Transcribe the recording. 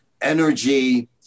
energy